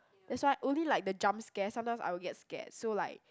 that's why only like the jump scares sometimes I will get scared so like